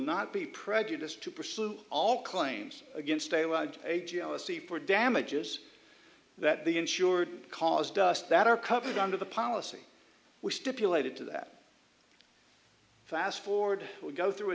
not be prejudiced to pursue all claims against a word a g r c for damages that the insured caused us that are covered under the policy we stipulated to that fast forward would go through a